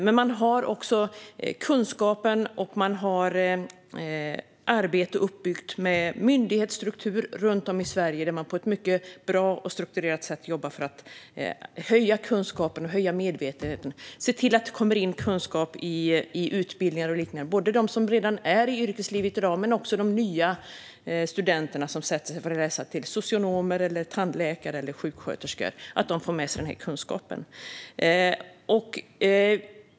Men man har också kunskapen, och man har byggt upp myndighetsstruktur runt om i Sverige och jobbar på ett mycket bra och strukturerat sätt för att höja kunskapen och medvetenheten och se till att det kommer in kunskap i utbildningar och liknande för dem som är i yrkeslivet i dag men också för de nya studenter som läser till exempelvis socionom, tandläkare eller sjuksköterska så att de får med sig denna kunskap.